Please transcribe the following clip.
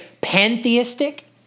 pantheistic